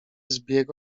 zbieg